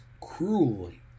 cruelly